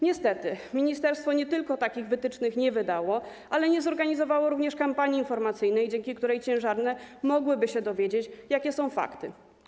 Niestety ministerstwo nie tylko takich wytycznych nie wydało, ale nie zorganizowało również kampanii informacyjnej, dzięki której ciężarne mogłyby się dowiedzieć, jakie są fakty.